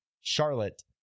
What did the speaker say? charlotte